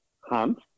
hunt